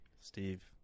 Steve